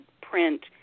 print